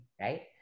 right